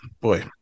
Boy